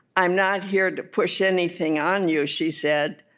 i'm not here to push anything on you she said.